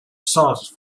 sauce